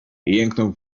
jęknął